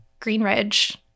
Greenridge